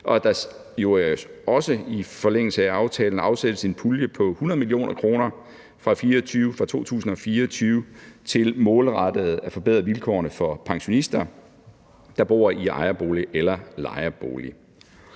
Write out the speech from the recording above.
at der i forlængelse af aftalen afsættes en pulje på 100 mio. kr. fra 2024 til målrettet at forbedre vilkårene for pensionister, der bor i ejerbolig eller lejebolig.